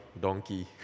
donkey